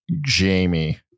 Jamie